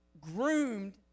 groomed